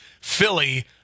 Philly